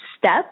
step